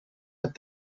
het